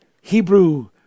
Hebrew